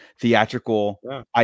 theatrical